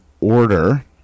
order